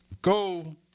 Go